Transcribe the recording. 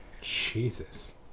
Jesus